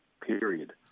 period